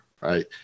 right